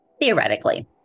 Theoretically